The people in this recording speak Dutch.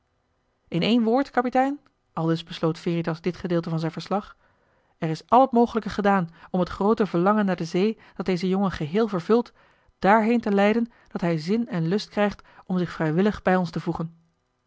in één woord kapitein aldus besloot veritas dit gedeelte van zijn verslag er is al het mogelijke gedaan om het groote verlangen naar de zee dat dezen jongen geheel vervult dààrheen te leiden dat hij zin en lust krijgt om zich vrijwillig bij ons te voegen